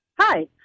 Hi